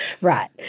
Right